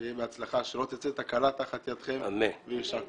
שיהיה בהצלחה, שלא תצא תקלה תחת ידכן ויישר כוח.